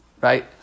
right